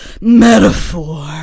metaphor